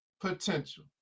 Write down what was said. potential